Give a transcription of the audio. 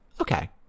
Okay